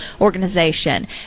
organization